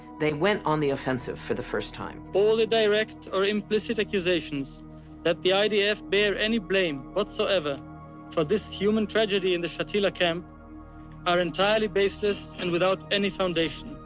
they went on the offensive for the first time. all the direct or implicit accusations that the idf bear any blame whatsoever for this human tragedy in the shatila camp are entirely baseless and without any foundation.